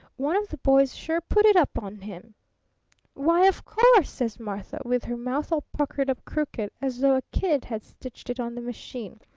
one of the boys sure put it up on him why, of course says martha, with her mouth all puckered up crooked, as though a kid had stitched it on the machine.